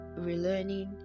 relearning